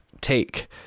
take